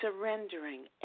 surrendering